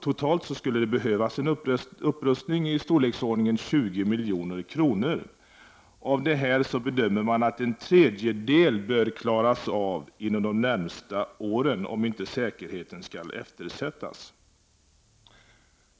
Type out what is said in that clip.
Totalt skulle det behövas en upprustning i storleksordningen 20 milj.kr. Av det här bedömer man att en tredjedel bör klaras av inom de närmaste åren, om inte säkerheten skall eftersättas.